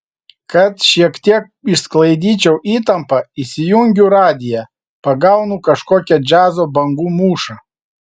kad šiek tiek išsklaidyčiau įtampą įsijungiu radiją pagaunu kažkokią džiazo bangų mūšą